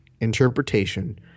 interpretation